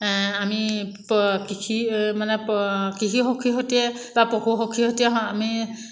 আমি কৃষি মানে কৃষি সখী সৈতে বা পশু সখী সৈতে আমি